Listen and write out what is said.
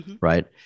right